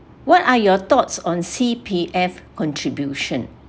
what are your thoughts on C_P_F contribution